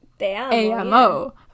amo